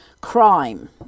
Crime